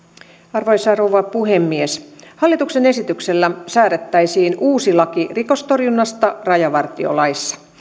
arvoisa rouva puhemies hallituksen esityksellä säädettäisiin uusi laki rikostorjunnasta rajavartiolaitoksessa